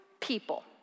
people